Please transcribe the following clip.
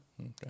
Okay